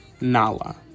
Nala